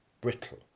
brittle